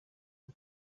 rwe